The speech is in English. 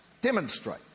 demonstrate